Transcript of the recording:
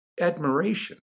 admiration